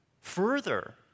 further